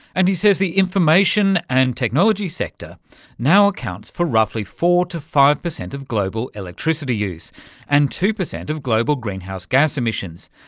and he says the information and technology sector now accounts for roughly four percent to five percent of global electricity use and two percent of global greenhouse gas emissions,